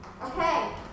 Okay